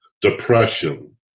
depression